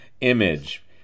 image